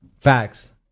Facts